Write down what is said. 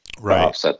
Right